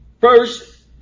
First